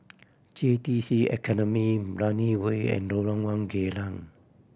J T C Academy Brani Way and Lorong One Geylang